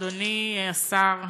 אדוני השר הנכבד,